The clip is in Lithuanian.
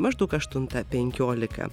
maždaug aštuntą penkiolika